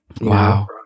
Wow